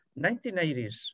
1980s